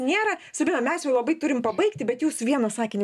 nėra sabina mes jau labai turim pabaigti bet jūs vieną sakinį